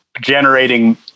generating